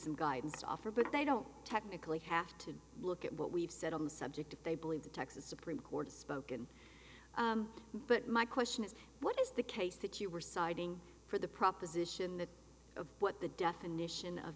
some guidance offer but they don't technically have to look at what we've said on the subject if they believe the texas supreme court has spoken but my question is what is the case that you are siding for the proposition that of what the definition